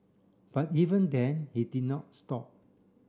but even then he did not stop